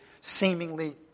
seemingly